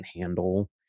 handle